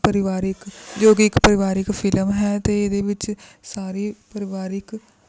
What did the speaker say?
ਪਰਿਵਾਰਿਕ ਜੋ ਕਿ ਇੱਕ ਪਰਿਵਾਰਿਕ ਫਿਲਮ ਹੈ ਅਤੇ ਇਹਦੇ ਵਿੱਚ ਸਾਰੇ ਪਰਿਵਾਰਿਕ